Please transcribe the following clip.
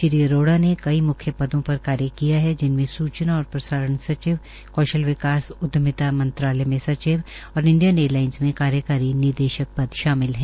श्री अरोड़ा ने कई मुख्य पदों पर कार्य किया है जिनमें सूचना और प्रसारण सचिव कौशल विकास उद्यमिता मंत्रालय में सचिव और इंडियन एयरलाईनस में कार्यकारी निदेशक पद शामिल है